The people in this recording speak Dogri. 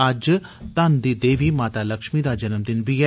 अज्ज घन दी देवी माता लक्ष्मी दा जन्म दिन भी ऐ